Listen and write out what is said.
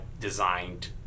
designed